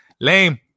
lame